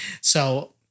So-